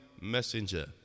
Messenger